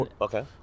Okay